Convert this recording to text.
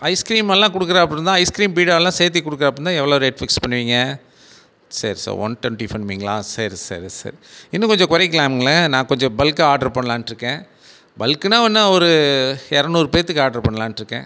ice cream எல்லாம் கொடுக்குறா போல் இருந்தால் ஐஸ்க்ரீம் பீடா எல்லாம் சேர்த்து கொடுக்குறா போல் இருந்தால் எவ்வளோ ரேட் ஃபிக்ஸ் பண்ணுவிங்க சரி சார் ஒன் ட்வென்டி பண்ணுவிங்களா சரி சரி சரி இன்னும் கொஞ்சம் குறைக்குலாம்ங்களே நான் கொஞ்சம் பல்கா ஆர்ட்ரு பண்ணலானுட்டு இருக்கேன் பல்க்குனா என்ன ஒரு இரநூறு பேற்றுக்கு ஆர்ட்ரு பண்ணலானு இருக்கேன்